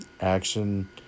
action